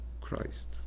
Christ